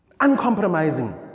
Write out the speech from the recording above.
Uncompromising